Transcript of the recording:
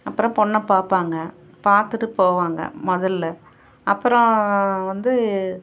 அப்புறம் பொண்ணை பார்ப்பாங்க பார்த்துட்டு போவாங்க முதல்ல அப்புறம் வந்து